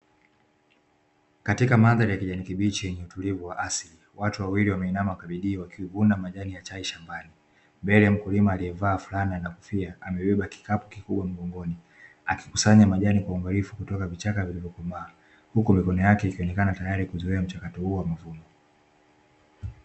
Katika mandhari ya kijani kibichi yenye utulivu wa asili, watu wawili wameinama kwa bidii wakivuna majani ya chai shambani, mbele mkulima aliyevaa fulana na kofia amebeba kikapu kikubwa mgongoni, akikusanya majani kwa udhaifu kutoka vichaka vilivyokomaa huko mikono yake ikionekana tayari kuzoea mchakato huo wa mavuno.